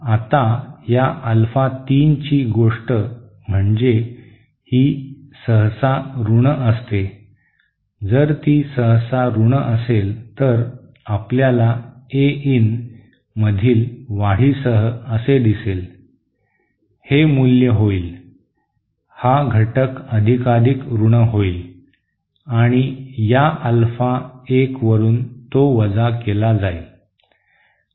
आता या अल्फा 3 ची गोष्ट म्हणजे ही सहसा ऋण असते जर ती सहसा ऋण असेल तर आपल्याला ए इन मधील वाढीसह असे दिसेल हे मूल्य होईल हा घटक अधिकाधिक ऋण होईल आणि या अल्फा 1 वरुन तो वजा केला जाईल